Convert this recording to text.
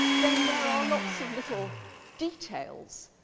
then there are lots of little details,